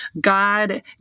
God